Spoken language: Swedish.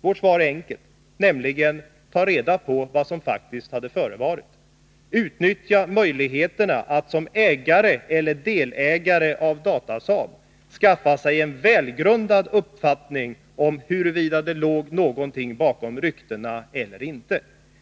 Vårt svar är enkelt, nämligen: ta reda på vad som faktiskt hade förevarit, utnyttja möjligheterna att som ägare eller delägare av Datasaab skaffa sig en välgrundad uppfattning om huruvida det låg någonting bakom ryktena eller inte.